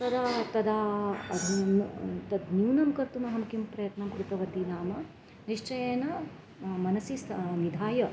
तदा तदा अधुना तद् न्यूनं कर्तुम् अहं किं प्रयत्नं कृतवती नाम निश्चयेन मनसि निधाय